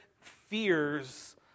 fears